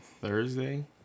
Thursday